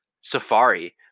Safari